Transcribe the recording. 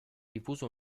diffuso